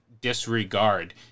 disregard